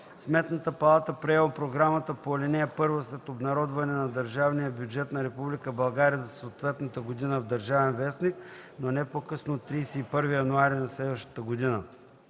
Сметната палата приема програмата по ал. 1 след обнародване на държавния бюджет на Република България за съответната година в „Държавен вестник”, но не по-късно от 31 януари на следващата година.